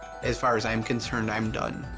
as far as i'm concerned, i'm done.